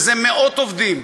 שזה מאות עובדים,